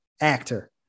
actor